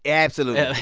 absolutely.